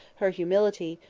her humility,